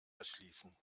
erschließen